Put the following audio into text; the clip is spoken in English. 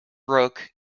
brooke